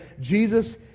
Jesus